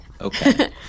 okay